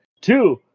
two